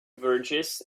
bridges